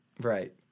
Right